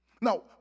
Now